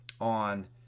on